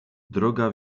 droga